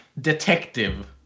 detective